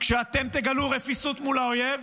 כשאתם תגלו רפיסות מול האויב,